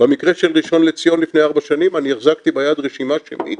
במקרה של ראשון לציון לפני ארבע שנים אני החזקתי ביד רשימה שמית